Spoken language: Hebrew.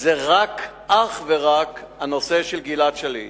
זה אך ורק הנושא של גלעד שליט.